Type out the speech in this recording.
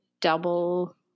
double